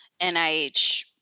nih